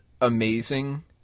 amazing